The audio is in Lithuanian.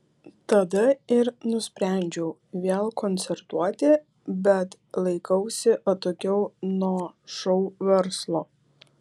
tada ir nusprendžiau vėl koncertuoti bet laikausi atokiau nuo šou verslo